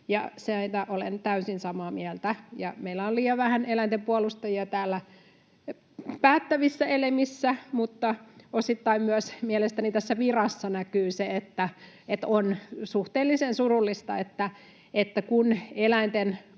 siitä olen täysin samaa mieltä. Meillä on liian vähän eläinten puolustajia täällä päättävissä elimissä, mutta osittain mielestäni myös tässä virassa näkyy se, että on suhteellisen surullista, että kun eläinten